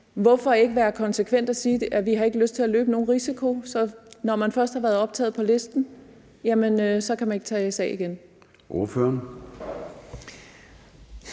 Hvorfor ikke være konsekvente og sige, at vi ikke har lyst til at løbe nogen risiko, så man, når først man har været optaget på listen, ikke kan tages af igen?